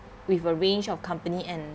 with a range of company and